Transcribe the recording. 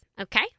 Okay